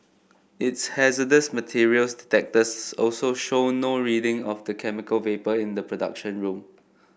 its hazardous materials detectors also showed no reading of the chemical vapour in the production room